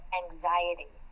anxiety